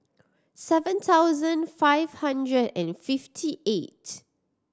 seven thousand five hundred and fifty eight